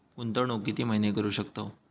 गुंतवणूक किती महिने करू शकतव?